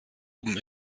oben